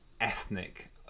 Ethnic